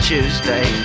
Tuesday